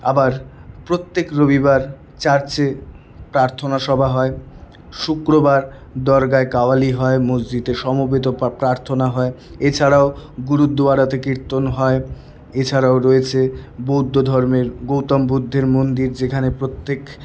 আবার প্রত্যেক রবিবার চার্চে প্রার্থনা সভা হয় শুক্রবার দরগায় কাওয়ালি হয় মসজিদে সমবেত প্রার্থনা হয় এছাড়াও গুরুদুয়ারাতে কীর্তন হয় এছাড়াও রয়েছে বৌদ্ধধর্মের গৌতম বুদ্ধের মন্দির যেখানে প্রত্যেক